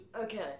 Okay